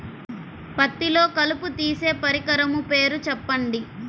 పత్తిలో కలుపు తీసే పరికరము పేరు చెప్పండి